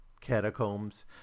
catacombs